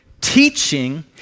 Teaching